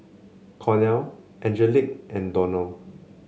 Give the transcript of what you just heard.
Cornel Angelic and Donell